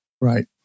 Right